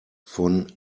von